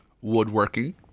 woodworking